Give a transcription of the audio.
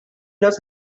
knows